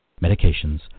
medications